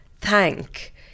thank